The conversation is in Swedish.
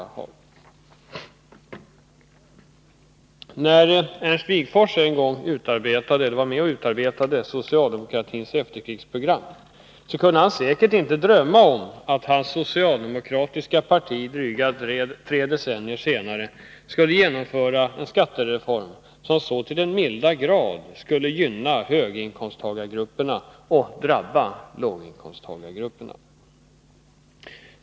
Ernst Wigforss var ju en gång med om att utarbeta socialdemokratins efterkrigsprogram. Men han kunde då säkert inte drömma om att hans socialdemokratiska parti drygt tre decennier senare skulle genomföra en skattereform som så till den milda grad skulle gynna höginkomsttagargrupperna och drabba låginkomsttagargrupperna.